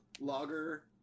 lager